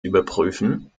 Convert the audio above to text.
überprüfen